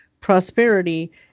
prosperity